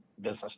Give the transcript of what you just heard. business